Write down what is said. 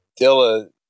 Dilla